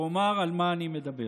ואומר על מה אני מדבר: